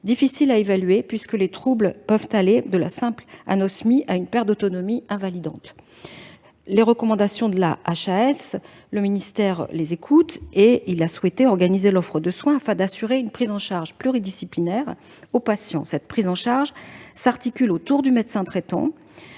difficile à évaluer, puisque les troubles peuvent aller de la simple anosmie à une perte d'autonomie invalidante. Ayant écouté les recommandations de la HAS, le ministère des solidarités et de la santé a souhaité organiser l'offre de soins, afin d'assurer une prise en charge pluridisciplinaire aux patients. Cette prise en charge s'articule autour du médecin traitant